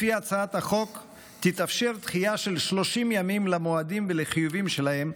לפי הצעת החוק תתאפשר דחייה של 30 ימים למועדים ולחיובים שלהם,